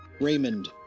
Raymond